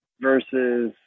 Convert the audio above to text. versus